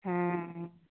हॅं